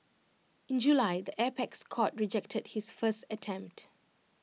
in July the apex court rejected his first attempt